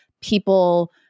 people